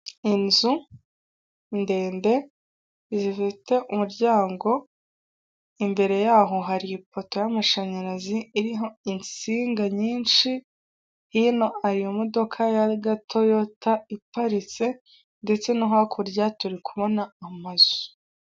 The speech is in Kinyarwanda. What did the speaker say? Inzu ndende zifite umuryango, imbere y'aho hari ipoto y'amashanyarazi iriho insinga nyinshi, hino ariyo modoka y'agatoyota iparitse, ndetse no hakurya turi kubona amazu.